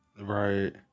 Right